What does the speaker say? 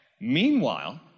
Meanwhile